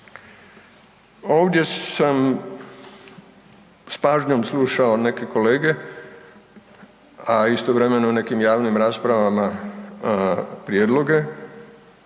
ovdje sam s pažnjom slušao neke kolege, a istovremeno nekim javnim raspravama prijedloge